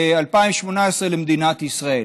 ב-2018, למדינת ישראל.